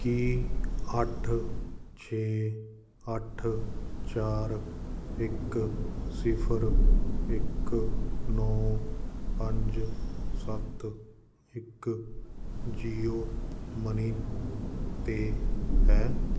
ਕੀ ਅੱਠ ਛੇ ਅੱਠ ਚਾਰ ਇੱਕ ਸਿਫਰ ਇੱਕ ਨੋ ਪੰਜ ਸੱਤ ਇੱਕ ਜੀਓ ਮਨੀ 'ਤੇ ਹੈ